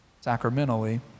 sacramentally